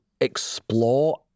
explore